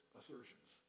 assertions